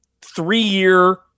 three-year